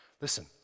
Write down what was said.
Listen